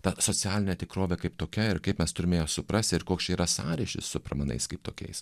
ta socialinė tikrovė kaip tokia ir kaip mes turime ją suprasi ir koks čia yra sąryšis su pramanais kaip tokiais